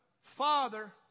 father